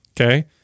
Okay